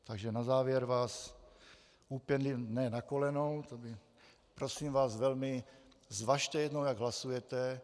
Takže na závěr vás úpěnlivě, ne na kolenou, prosím vás velmi, zvažte jednou, jak hlasujete.